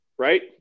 Right